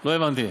לא הבנתי.